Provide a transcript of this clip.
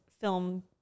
film